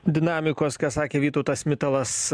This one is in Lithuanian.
dinamikos ką sakė vytautas mitalas